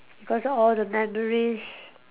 cause all the memories